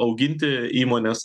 auginti įmones